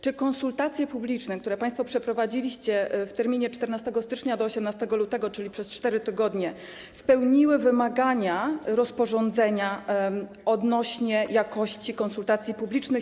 Czy konsultacje publiczne, które państwo przeprowadziliście w terminie od 14 stycznia do 18 lutego, czyli przez 4 tygodnie, spełniły wymagania rozporządzenia dotyczące jakości konsultacji publicznych?